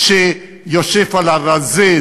שיושב על הרזה,